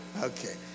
okay